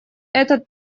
этот